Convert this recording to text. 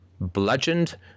bludgeoned